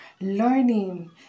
learning